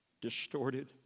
distorted